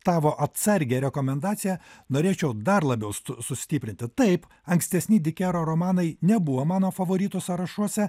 tavo atsargią rekomendaciją norėčiau dar labiau sustiprinti taip ankstesni dikero romanai nebuvo mano favoritų sąrašuose